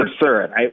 absurd